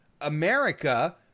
America